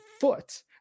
foot